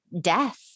death